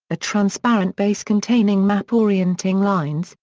a transparent base containing map orienting lines,